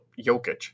Jokic